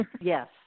Yes